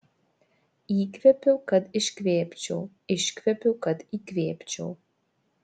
įkvepiu kad iškvėpčiau iškvepiu kad įkvėpčiau